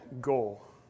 goal